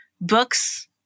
books